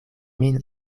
min